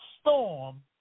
storm